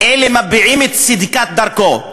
מביעים את צדקת דרכו.